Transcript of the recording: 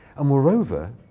moreover,